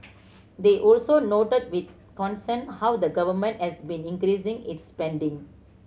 they also noted with concern how the Government has been increasing its spending